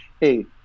Hey